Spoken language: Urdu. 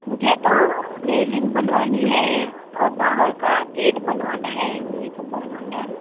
مجھے تو ریلنگ بنوانی ہے اور باہر کا گیٹ بنوانا ہے یہی سب بنوانا ہے